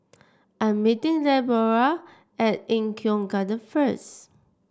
I'm meeting Leora at Eng Kong Garden first